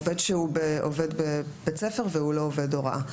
עובד שהוא עובד בית ספר והוא לא עובד הוראה.